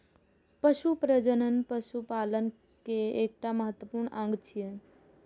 पशु प्रजनन पशुपालन केर एकटा महत्वपूर्ण अंग छियै